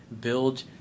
build